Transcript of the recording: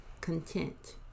content